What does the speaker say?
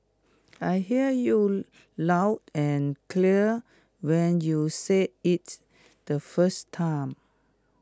I hear you loud and clear when you said IT the first time